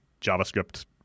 JavaScript